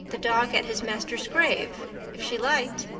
the dog at his master's grave if she liked.